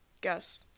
Guess